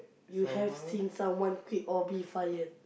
you have seen someone quit or be fired